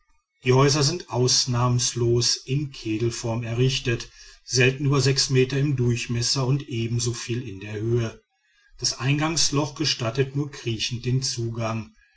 die häuser sind ausnahmslos in kegelform errichtet selten über sechs meter im durchmesser und ebensoviel in der höhe das eingangsloch gestattet nur kriechend den zugang